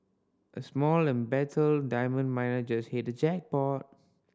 a small embattled diamond miner just hit the jackpot